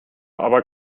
aber